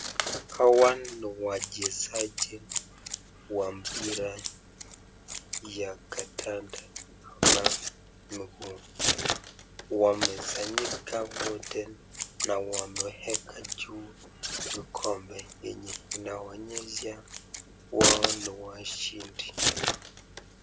Hawa ni wachezaji wa mpira ya kadanda ama miguu, wamesanyika wote na wameweka juu vikombe yenye inaonyesha wao ni washindi.